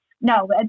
no